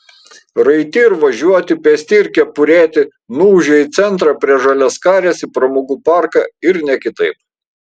raiti ir važiuoti pėsti ir kepurėti nuūžė į centrą prie žaliaskarės į pramogų parką ir ne kitaip